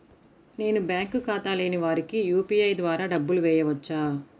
నేను బ్యాంక్ ఖాతా లేని వారికి యూ.పీ.ఐ ద్వారా డబ్బులు వేయచ్చా?